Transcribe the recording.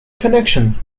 connection